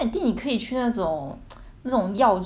那种药妆店你知道那种 japan 的那种